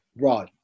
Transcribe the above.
right